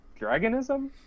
Dragonism